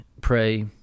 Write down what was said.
pray